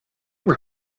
were